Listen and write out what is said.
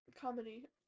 Comedy